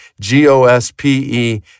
G-O-S-P-E